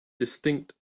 distinct